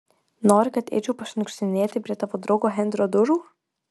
nori kad eičiau pašniukštinėti prie tavo draugo henrio durų